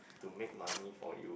to make money for you